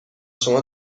شما